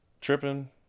tripping